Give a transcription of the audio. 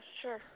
sure